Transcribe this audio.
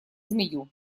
змею